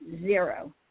zero